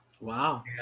Wow